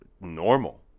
normal